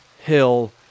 hill